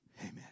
Amen